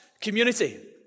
community